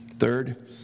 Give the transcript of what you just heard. Third